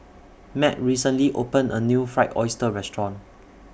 Matt recently opened A New Fried Oyster Restaurant